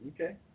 Okay